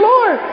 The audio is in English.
Lord